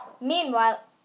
Meanwhile